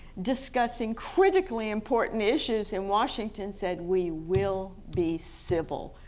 discussing critically important issues and washington said we will be civil.